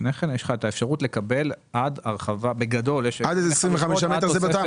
יש אפשרות לקבל עד --- עד 25 מטר זה בסדר,